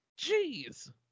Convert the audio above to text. Jeez